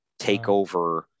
Takeover